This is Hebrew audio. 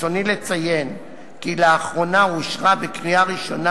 ברצוני לציין כי לאחרונה אושרה בקריאה ראשונה